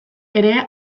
ere